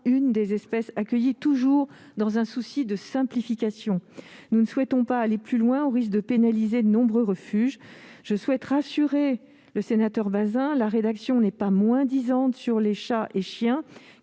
l'une des espèces accueillies, toujours dans un souci de simplification. Nous ne souhaitons pas aller plus loin, au risque de pénaliser de nombreux refuges. Je souhaite rassurer le sénateur Bazin, la rédaction n'est pas moins-disante sur les chats et les